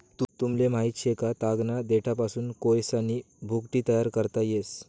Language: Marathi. तुमले माहित शे का, तागना देठपासून कोयसानी भुकटी तयार करता येस